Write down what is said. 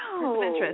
No